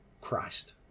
Christ